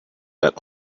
that